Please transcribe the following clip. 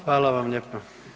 Hvala vam lijepa.